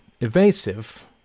evasive